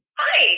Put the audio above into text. hi